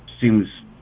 seems